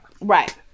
Right